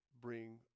bring